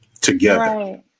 together